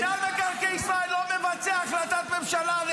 מינהל מקרקעי ישראל לא מבצע החלטת ממשלה לתעדף אנשי מילואים.